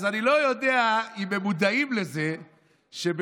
אז אני לא יודע אם הם מודעים לזה שבמשרד